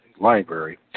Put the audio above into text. Library